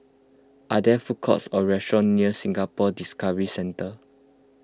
are there food courts or restaurants near Singapore Discovery Centre